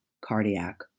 cardiac